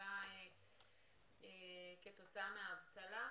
שנפגע כתוצאה מהאבטלה.